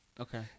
okay